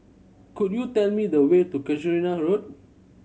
could you tell me the way to Casuarina Road